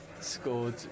scored